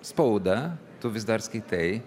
spaudą tu vis dar skaitai